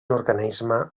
organisme